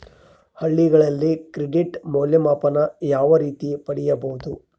ಹಳ್ಳಿಗಳಲ್ಲಿ ಕ್ರೆಡಿಟ್ ಮೌಲ್ಯಮಾಪನ ಯಾವ ರೇತಿ ಪಡೆಯುವುದು?